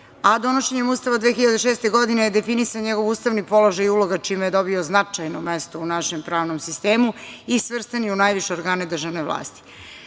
a donošenjem Ustava 2006. godine je definisan njegov ustavni položaj i uloga, čime je dobio značajno mesto u našem pravnom sistemu i svrstan je u najviše organe državne vlasti.